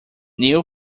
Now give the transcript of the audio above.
new